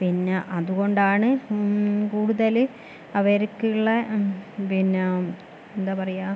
പിന്നെ അതുകൊണ്ടാണ് കൂടുതല് അവർക്കുള്ള പിന്നെ എന്താ പറയുക